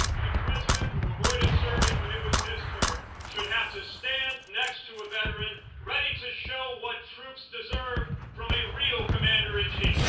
and a president who avoided serving when it was his turn should have to stand next to the veteran ready to show what troops deserve from a real commander-in-chief